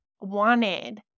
wanted